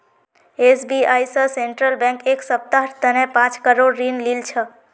SBI स central bank एक सप्ताहर तने पांच करोड़ ऋण लिल छ